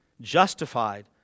justified